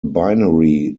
binary